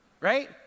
right